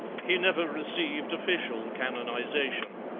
he never received official canonization.